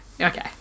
Okay